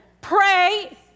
pray